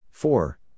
Four